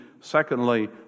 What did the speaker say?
Secondly